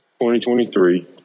2023